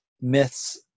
myths